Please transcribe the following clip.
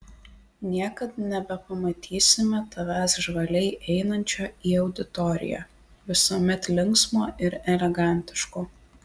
niekad nebepamatysime tavęs žvaliai einančio į auditoriją visuomet linksmo ir elegantiško